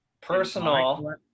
personal